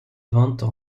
ventes